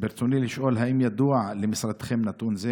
ברצוני לשאול: 1. האם ידוע למשרדכם נתון זה?